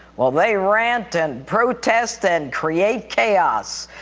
well, they rant and protest and create chaos.